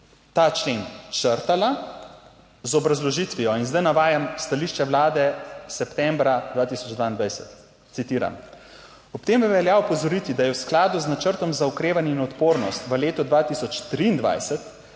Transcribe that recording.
ta člen črtala z obrazložitvijo - in zdaj navajam stališče Vlade septembra 2022 - citiram: "Ob tem velja opozoriti, da je v skladu z načrtom za okrevanje in odpornost v letu 2023